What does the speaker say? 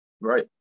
Right